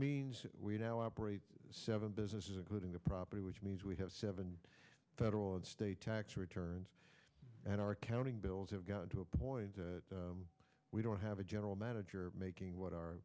means we now operate seven businesses including the property which means we have seven federal and state tax returns and our accounting bills have gotten to a point we don't have a general manager making what our